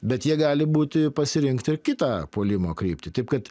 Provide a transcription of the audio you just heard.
bet jie gali būti pasirinkt ir kitą puolimo kryptį taip kad